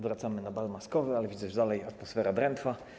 Wracamy na bal maskowy, ale widzę, że dalej atmosfera drętwa.